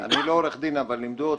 אני לא עורך דין אבל למדו אותו